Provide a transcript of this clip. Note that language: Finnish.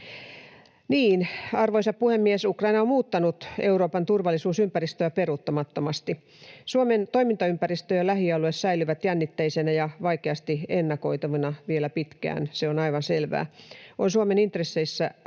Arvoisa puhemies! Ukraina on muuttanut Euroopan turvallisuusympäristöä peruuttamattomasti. Suomen toimintaympäristö ja lähialue säilyvät jännitteisinä ja vaikeasti ennakoitavina vielä pitkään, se on aivan selvää. On Suomen intresseissä